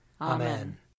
Amen